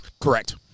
Correct